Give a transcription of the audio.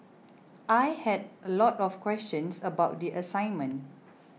I had a lot of questions about the assignment